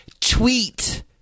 Tweet